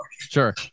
Sure